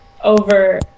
over